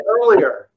earlier